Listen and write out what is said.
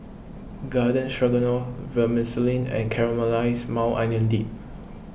Garden Stroganoff Vermicelli and Caramelized Maui Onion Dip